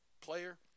player